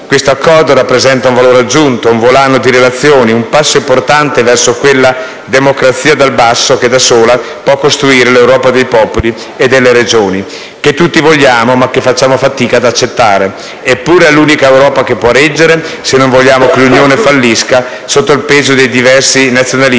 Questo accordo rappresenta un valore aggiunto, un volano di relazioni, un passo importante verso quella democrazia dal basso che, da sola, può costruire l'Europa dei popoli e delle regioni, che tutti vogliamo, ma che facciamo fatica ad accettare; eppure è l'unica Europa che può reggere, se non vogliamo che l'Unione fallisca sotto il peso dei diversi nazionalismi